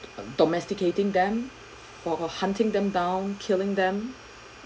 domesticating them for her hunting them down killing them